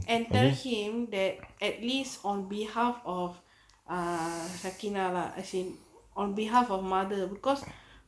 and tell him that at least on behalf of ah hakeena lah as in on behalf of mother because